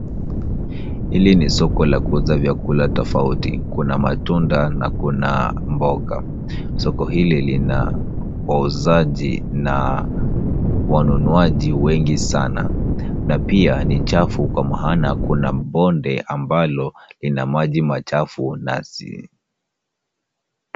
Hili ni soko la kuuza vyakula tofauti. Kuna matunda na kuna mboga. Soko hili lina wauzaji na wanunuaji wengi sana na pia ni chafu kwa maana kuna bonde ambalo lina maji machafu na.